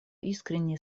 искренние